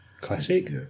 classic